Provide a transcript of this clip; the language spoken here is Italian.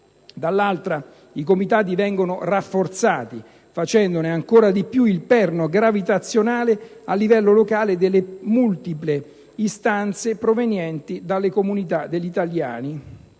dall'altra i comitati vengono rafforzati, facendone, ancora di più, il perno gravitazionale, a livello locale, delle multiple istanze provenienti dalle comunità degli italiani,